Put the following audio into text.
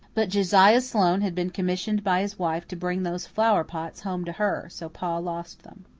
but josiah sloane had been commissioned by his wife to bring those flower-pots home to her so pa lost them.